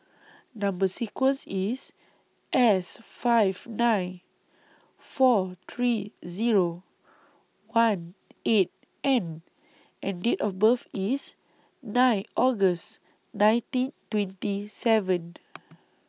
Number sequence IS S five nine four three Zero one eight N and Date of birth IS nine August nineteen twenty seven